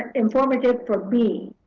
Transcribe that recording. informative for me.